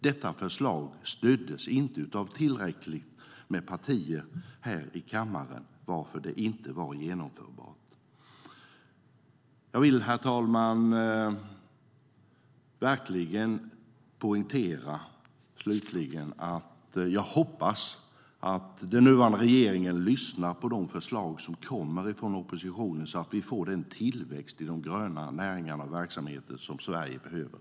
detta förslag stöddes inte av tillräckligt många partier här i kammaren, varför det inte var genomförbart. Jag vill slutligen, herr talman, verkligen poängtera att jag hoppas att den nuvarande regeringen lyssnar på de förslag som kommer från oppositionen så att vi får den tillväxt i de gröna näringarna och verksamheterna som Sverige behöver.